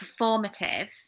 performative